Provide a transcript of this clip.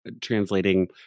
translating